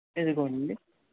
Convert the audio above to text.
ఇదిగోండి